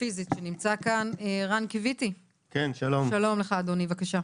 רן קיויתי, בבקשה.